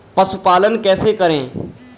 पशुपालन कैसे करें?